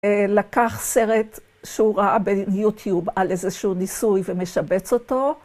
לקח סרט שהוא ראה ביוטיוב על איזה שהוא ניסוי ומשבץ אותו.